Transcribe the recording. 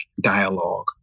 dialogue